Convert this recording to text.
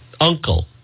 uncle